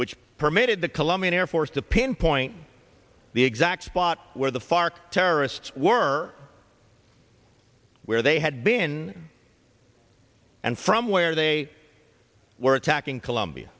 which permitted the colombian air force to pinpoint the exact spot where the fark terrorists were where they had been and from where they were attacking columbia